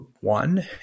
one